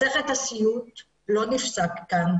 מסכת הסיוט לא נפסק כאן.